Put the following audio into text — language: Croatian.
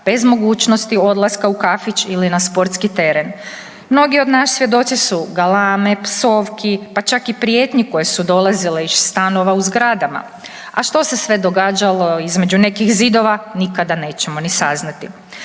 bez mogućnosti odlaska u kafić ili na sportski teren? Mnogi od nas svjedoci su galame, psovki, pa čak i prijetnji koje su dolazile iz stanova u zgradama. A što se sve događalo između nekih zidova nikada nećemo ni saznati.